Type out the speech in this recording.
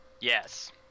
Yes